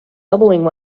elbowing